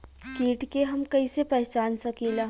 कीट के हम कईसे पहचान सकीला